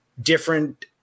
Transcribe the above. different